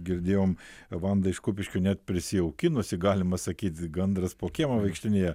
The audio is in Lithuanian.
girdėjom vanda iš kupiškio net prisijaukinusi galima sakyti gandras po kiemą vaikštinėja